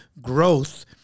growth